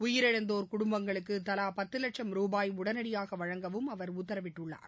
உயிரிழந்தோர் குடும்பங்களுக்கு தலா பத்து வட்சம் ரூபாயை உடனடியாக வழங்கவும் அவர் உத்தரவிட்டுள்ளார்